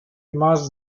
must